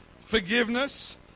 forgiveness